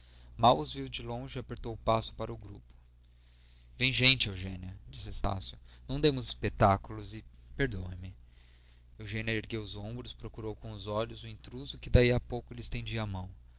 os viu de longe apertou o passo para o grupo vem gente eugênia disse estácio não demos espetáculos e perdoe-me eugênia ergueu os ombros procurou com os olhos o intruso que daí a pouco lhes estendia a mão